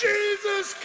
Jesus